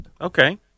Okay